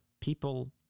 people